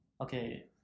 Okay